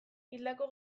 hildako